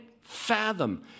fathom